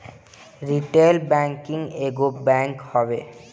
retail banking एगो bank हवे